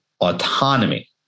autonomy